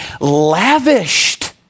lavished